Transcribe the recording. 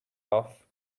off